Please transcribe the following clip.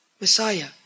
Messiah